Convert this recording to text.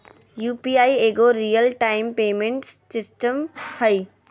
UPI एगो real time payment system हइ